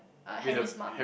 uh Harry's mum